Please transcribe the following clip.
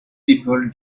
people